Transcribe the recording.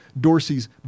Dorsey's